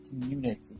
community